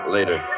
Later